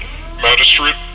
magistrate